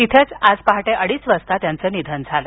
तिथंच आज पहाटे अडीच वाजता त्यांचं निधन झालं